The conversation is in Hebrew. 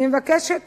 אני מבקשת